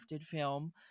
film